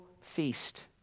feast